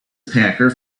packer